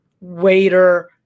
waiter